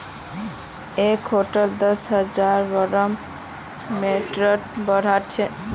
एक हेक्टर दस हजार वर्ग मिटरेर बड़ाबर छे